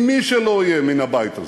עם מי שלא יהיה מן הבית הזה,